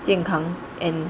健康 and